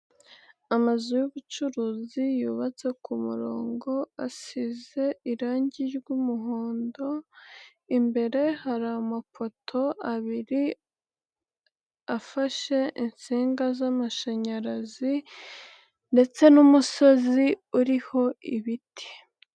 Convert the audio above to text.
Amazu y'ubucuruzi yubatse ku murongo, asize irangi ry'umuhondo, imbere hari amapoto abiri afashe insinga z'amashanyarazi ndetse n'umusozi uriho ibiti.